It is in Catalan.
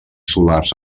solars